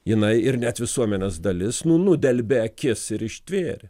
jinai ir net visuomenės dalis nu nudelbė akis ir ištvėrė